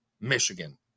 Michigan